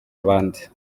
abandi